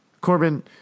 Corbin